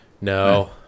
No